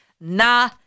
Nah